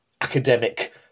academic